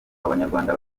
abanyarwanda